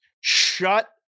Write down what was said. Shut